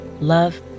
love